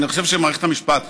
אני חושב שמערכת המשפט ידעה,